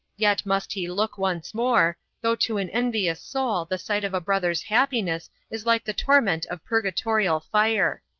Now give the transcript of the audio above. yet must he look once more, though to an envious soul the sight of a brother's happiness is like the torment of purgatorial fire.